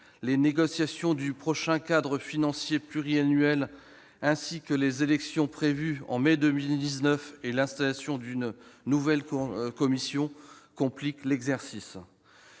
Les négociations du prochain cadre financier pluriannuel, ainsi que les élections au Parlement européen prévues en mai 2019 et l'installation d'une nouvelle Commission compliquent l'exercice.